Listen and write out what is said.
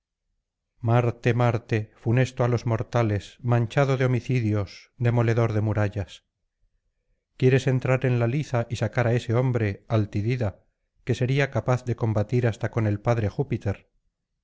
marte marte funesto á los mortales manchado de homicidios demoledor de murallas quieres entrar en la liza y sacar á ese hombre al tidida que sería capaz de combatir hasta con el padre júpiter